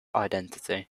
identity